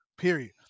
Period